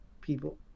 people